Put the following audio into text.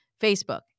Facebook